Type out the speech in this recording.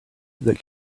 that